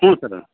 ಹ್ಞೂ ಸರ